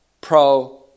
pro